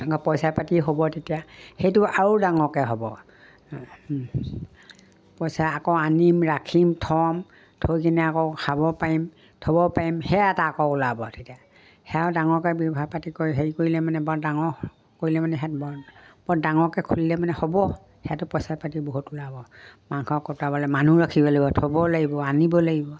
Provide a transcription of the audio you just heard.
পইচা পাতি হ'ব তেতিয়া সেইটো আৰু ডাঙৰকে হ'ব পইচা আকৌ আনিম ৰাখিম থ'ম থৈ কিনে আকৌ খাব পাৰিম থ'ব পাৰিম সেয়া এটা আকৌ ওলাব তেতিয়া সেয়াও ডাঙৰকে ব্যৱহাৰ পাতি কৰি হেৰি কৰিলে মানে বৰ ডাঙৰ কৰিলে মানে সে বৰ বৰ ডাঙৰকে খলিলে মানে হ'ব সেইহটো পইচা পাতি বহুত ওলাব মাংস কটাবলে মানুহ ৰাখিব লাগিব থ'ব লাগিব আনিব লাগিব